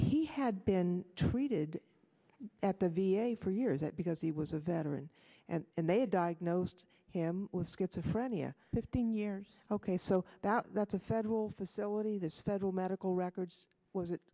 he had been treated at the v a for years that because he was a veteran and they diagnosed him with schizophrenia fifteen years ok so that that's a federal facility that's federal medical records was